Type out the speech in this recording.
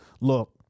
Look